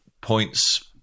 points